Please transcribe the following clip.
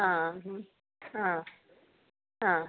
ആ ആ ആ